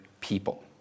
people